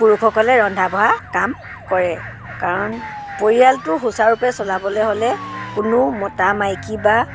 পুৰুষসকলে ৰন্ধা বঢ়া কাম কৰে কাৰণ পৰিয়ালটো সুচাৰুৰূপে চলাবলৈ হ'লে কোনো মতা মাইকী বা